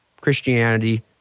Christianity